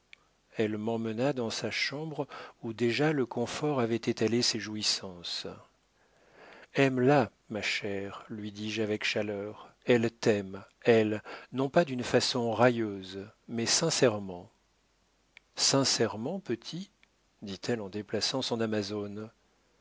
elle m'emmena dans sa chambre où déjà le comfort avait étalé ses jouissances aime la ma chère lui dis-je avec chaleur elle t'aime elle non pas d'une façon railleuse mais sincèrement sincèrement petit dit-elle en délaçant son amazone